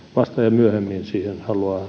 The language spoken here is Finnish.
myöhemmin haluaa ryhtyä